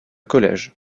collège